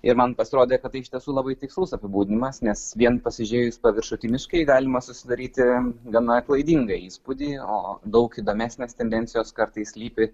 ir man pasirodė kad tai iš tiesų labai tikslus apibūdinimas nes vien pasižiūrėjus paviršutiniškai galima susidaryti gana klaidingą įspūdį o daug įdomesnės tendencijos kartais slypi